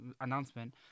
announcement